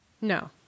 No